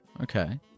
Okay